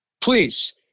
Please